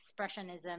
expressionism